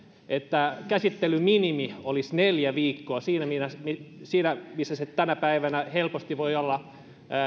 että käsittelyminimi olisi neljä viikkoa siinä missä se tänä päivänä helposti voi olla